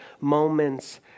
moments